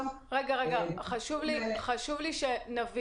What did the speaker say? רגע, חשוב לי להבין.